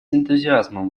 энтузиазмом